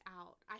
out